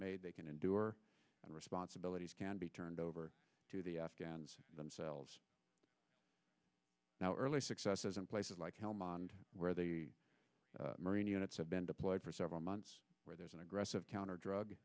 made they can endure and responsibilities can be turned over to the afghans themselves now early successes in places like helmand where the marine units have been deployed for several months where there's an aggressive counter drug